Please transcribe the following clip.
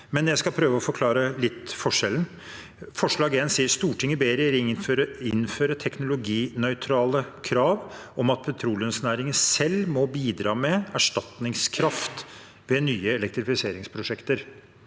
Jeg skal prøve å forklare litt den forskjellen. Forslag nr. 1 sier: «Stortinget ber regjeringen innføre teknologinøytrale krav om at petroleumsnæringen selv må bidra med erstatningskraft ved nye elektrifiseringsprosjekter.»